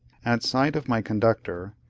at sight of my conductor,